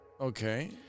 Okay